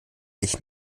ich